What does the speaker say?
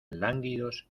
lánguidos